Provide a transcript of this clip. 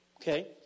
Okay